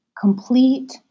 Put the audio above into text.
complete